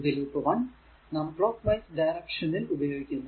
ഇത് ലൂപ്പ് 1 നാം clockwise direction ഉപയോഗിക്കുന്നു